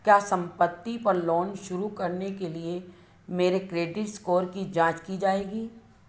क्या सम्पत्ति पर लोन शुरू करने के लिए मेरे क्रेडिट स्कोर की जाँच की जाएगी